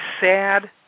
sad